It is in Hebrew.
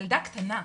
ילדה קטנה,